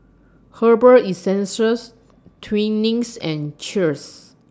Herbal Essences Twinings and Cheers